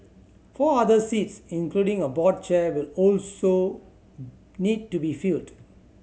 four other seats including a board chair will also need to be filled